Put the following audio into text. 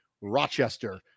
Rochester